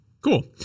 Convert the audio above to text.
Cool